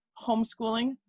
Homeschooling